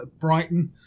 Brighton